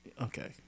okay